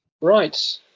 Right